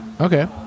Okay